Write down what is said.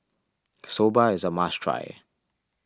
Soba is a must try